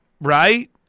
Right